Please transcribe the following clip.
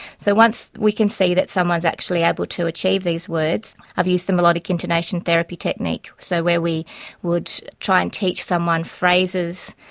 so once we can see that someone is actually able to achieve these words, i've used the melodic intonation therapy technique, so where we would try and teach someone phrases,